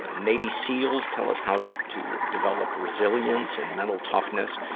ah navy seals tell us how to develop resilience and mental toughness.